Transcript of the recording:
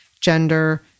gender